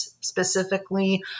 specifically